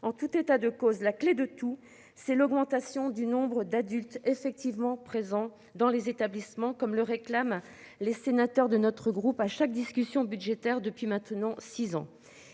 En tout état de cause la clé de tout, c'est l'augmentation du nombre d'adultes effectivement présents dans les établissements comme le réclament les sénateurs de notre groupe à chaque discussion budgétaire depuis maintenant 6 ans,